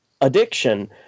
addiction